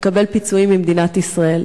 לקבל פיצויים ממדינת ישראל.